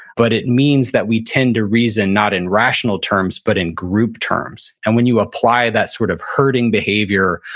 but it means that we tend to reason not in rational terms but in group terms, and when you apply that sort of herding behavior,